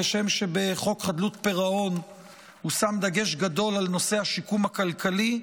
כשם שבחוק חדלות פירעון הושם דגש גדול על נושא השיקום הכלכלי,